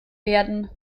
werden